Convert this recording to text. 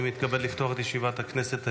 אני מתכבד לפתוח את ישיבת הכנסת היום,